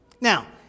Now